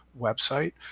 website